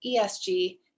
ESG